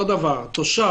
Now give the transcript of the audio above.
תושב.